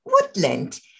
Woodland